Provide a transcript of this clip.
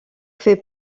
fait